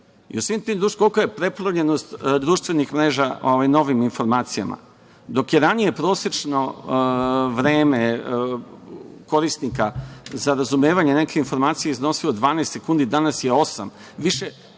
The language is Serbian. te statistike i koliko je preplavljenost društvenih mreža novim informacijama. Dok je ranije prosečno vreme korisnika za razumevanje neke informacije iznosilo 12 sekundi, danas je